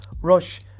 Rush